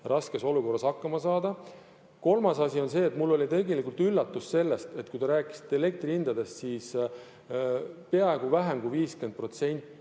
raskes olukorras hakkama. Kolmas asi on see, et mulle oli tegelikult üllatuseks, kui te rääkisite elektrihindadest, et peaaegu vähem kui 50%